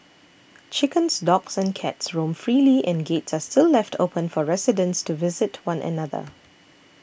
chickens dogs and cats roam freely and gates are still left open for residents to visit one another